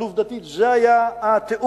אבל עובדתית, זה היה הטיעון.